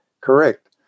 correct